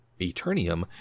Eternium